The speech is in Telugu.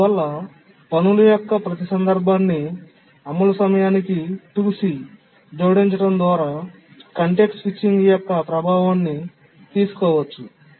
అందువల్ల పనుల యొక్క ప్రతి సందర్భానికి అమలు సమయానికి 2c జోడించడం ద్వారా కాంటెక్స్ట్ స్విచింగ్ యొక్క ప్రభావాన్ని తీసుకోవచ్చు